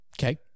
Okay